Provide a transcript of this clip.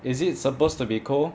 is it supposed to be cold